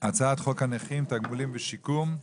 הצעת חוק הנכים (תגמולים ושיקום)